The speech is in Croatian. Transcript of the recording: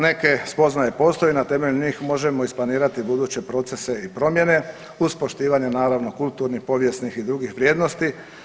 Neke spoznaje i postoje i na temelju njih možemo isplanirati buduće procese i promjene uz poštivanje naravno kulturnih, povijesnih i drugih vrijednosti.